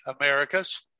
Americas